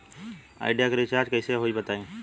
Idea के recharge कइसे होई बताईं?